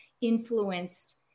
influenced